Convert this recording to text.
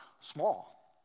small